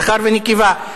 זכר ונקבה.